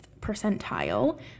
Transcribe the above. percentile